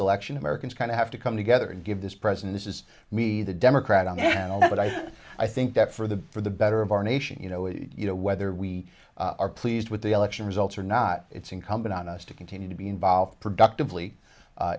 selection americans kind of have to come together and give this president this is me the democrat on but i i think that for the for the better of our nation you know if you know whether we are pleased with the election results or not it's incumbent on us to continue to be involved productively